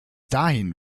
dahin